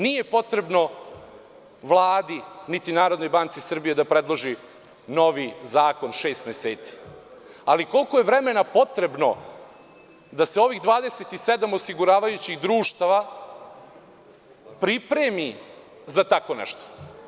Nije potrebno Vladi niti Narodnoj banci Srbije da predloži novi zakon šest meseci, ali koliko je vremena potrebno da se ovih 27 osiguravajućih društava pripremi za tako nešto.